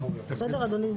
אדוני,